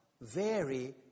vary